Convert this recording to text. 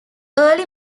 early